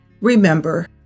Remember